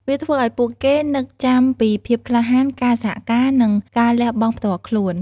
វាធ្វើឲ្យពួកគេនឹកចាំពីភាពក្លាហាន ការសហការ និងការលះបង់ផ្ទាល់ខ្លួន។